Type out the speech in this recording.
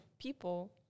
people